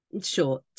Sure